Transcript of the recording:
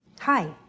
Hi